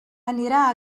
anirà